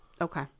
Okay